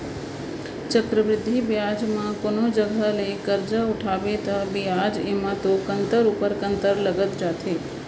चक्रबृद्धि बियाज म कोनो जघा ले करजा उठाबे ता बियाज एमा तो कंतर ऊपर कंतर लगत जाथे